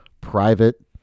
private